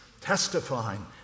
testifying